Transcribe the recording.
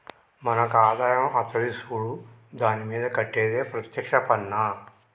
మనకు ఆదాయం అత్తది సూడు దాని మీద కట్టేది ప్రత్యేక్ష పన్నా